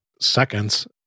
seconds